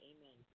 Amen